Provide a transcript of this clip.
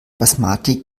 basmati